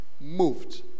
moved